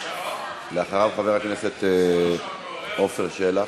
לאחריו, חבר הכנסת עפר שלח.